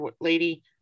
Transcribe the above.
lady